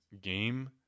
game